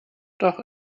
doch